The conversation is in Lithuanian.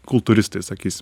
kultūristai sakysi